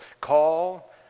call